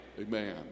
Amen